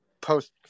post